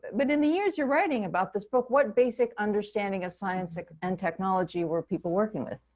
but in the years, you're writing about this book, what basic understanding of science and technology were people working with?